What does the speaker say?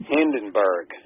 Hindenburg